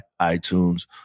iTunes